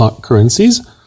currencies